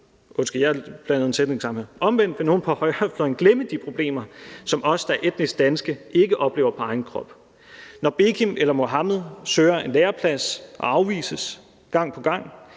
Omvendt vil nogle på højrefløjen glemme de problemer, som os, der er etnisk danske, ikke oplever på egen krop. Når Bekim eller Mohammed søger en læreplads og afvises gang på gang,